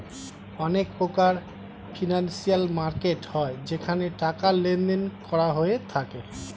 অনেক প্রকারের financial market হয় যেখানে টাকার লেনদেন করা হয়ে থাকে